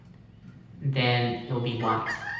then it'll be white.